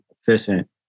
efficient